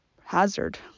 hazard